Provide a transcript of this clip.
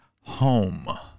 home